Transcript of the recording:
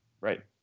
Right